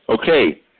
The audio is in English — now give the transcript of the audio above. Okay